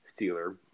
Steeler